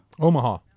Omaha